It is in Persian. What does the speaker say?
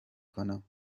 کنم